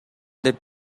деп